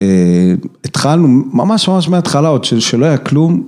התחלנו ממש ממש מההתחלה עוד שלא היה כלום.